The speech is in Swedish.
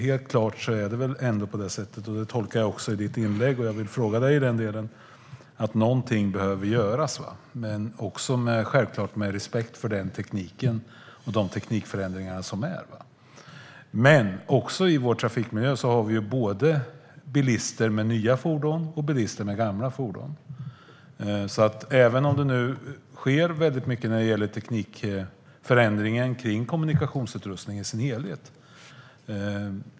Helt klart är att något behöver göras. Så tolkar jag ditt inlägg. Självklart ska det ske med respekt för de teknikförändringar som finns. I vår trafikmiljö finns bilister med nya fordon och bilister med gamla fordon. Det sker nu mycket ändringar i tekniken för kommunikationsutrustning.